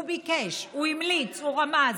הוא ביקש, הוא המליץ, הוא רמז.